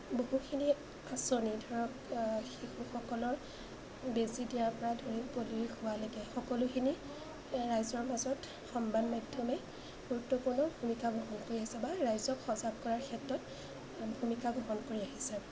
বহুখিনি আঁচনি ধৰক শিশুসকলৰ বেজী দিয়াৰ পৰা ধৰি পলিঅ' হোৱালৈকে সকলোখিনি ৰাইজৰ মাজত সংবাদ মাধ্যমে গুৰুত্বপূৰ্ণ ভূমিকা গ্ৰহণ কৰি আহিছে বা ৰাইজক সজাগ কৰাৰ ক্ষেত্ৰত ভূমিকা গ্ৰহণ কৰি আহিছে